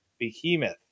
Behemoth